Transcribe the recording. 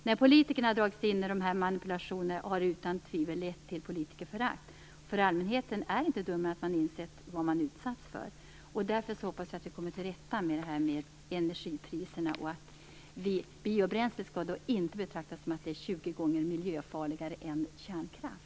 När politikerna har dragits in i manipulationerna har det utan tvivel lett till politikerförakt. Allmänheten är nämligen inte dummare än att den insett vad den utsatts för. Därför hoppas jag att vi kommer till rätta med energipriserna. Biobränslet skall inte betraktas som 20 gånger miljöfarligare än kärnkraft.